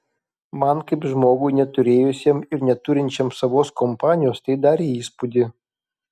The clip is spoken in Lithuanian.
man kaip žmogui neturėjusiam ir neturinčiam savos kompanijos tai darė įspūdį